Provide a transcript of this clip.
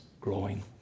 growing